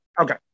okay